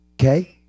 Okay